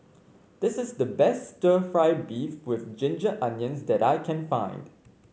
this is the best stir fry beef with Ginger Onions that I can find